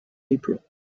april